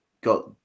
got